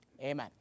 Amen